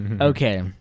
Okay